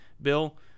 Bill